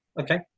Okay